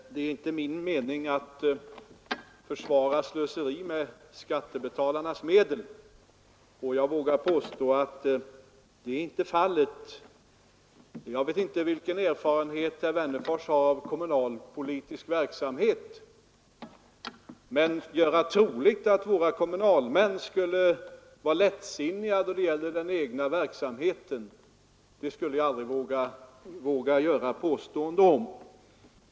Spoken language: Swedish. Herr talman! Det är inte min mening att försvara slöseri med skattebetalarnas medel, och jag vågar påstå att något sådant inte heller förekommer. Jag vet inte vilken erfarenhet herr Wennerfors har av kommunalpolitisk verksamhet, men att försöka göra troligt att våra kommunalmän skulle vara lättsinniga när det gäller den egna verksamheten skulle jag aldrig våga mig på.